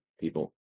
people